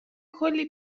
کلی